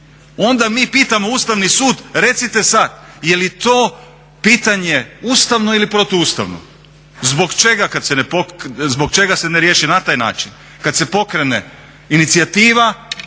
onda mi pitamo Ustavni sud recite sad je li to pitanje ustavno ili protuustavno, zbog čega se ne riješi na taj način kad se pokrene inicijative